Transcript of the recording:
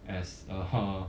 as a